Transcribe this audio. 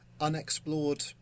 unexplored